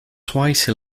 twice